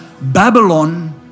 Babylon